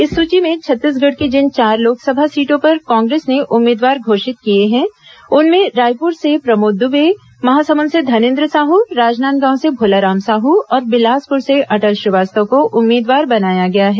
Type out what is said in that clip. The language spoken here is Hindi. इस सूची में छत्तीसगढ़ की जिन चार लोकसभा सीटों पर कांग्रेस के उम्मीदवार घोषित किए गए हैं उनमें रायपुर से प्रमोद दुबे महासमुंद से धनेन्द्र साह राजनांदगांव से भोलाराम साहू और बिलासपुर से अटल श्रीवास्तव को उम्मीदवार बनाया गया है